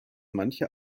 manche